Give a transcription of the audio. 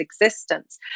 existence